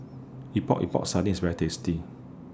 Epok Epok Sardin IS very tasty